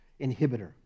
inhibitor